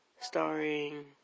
starring